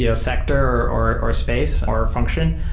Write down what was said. you know sector, or or space, or function,